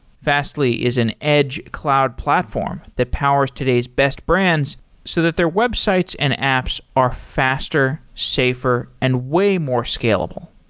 fastly is an edge cloud platform that powers today's best brands so that their websites and apps are faster, safer and way more scalable.